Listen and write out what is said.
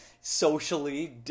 socially